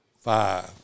five